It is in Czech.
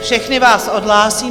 Všechny vás odhlásím.